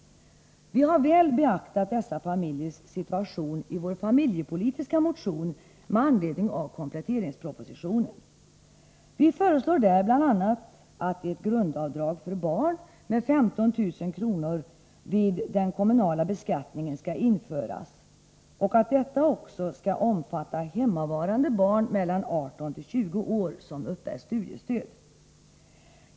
Vi har väl beaktat dessa familjers situation i vår familjepolitiska motion med anledning av kompletteringspropositionen. Vi föreslår där bl.a. att ett grundavdrag på 15 000 kr. skall införas för barn vid den kommunala beskattningen och att detta också skall omfatta hemmavarande barn mellan 18 och 20 år som uppbär studiestöd.